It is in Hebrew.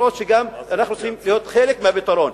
שאנחנו צריכים להיות חלק מהפתרון,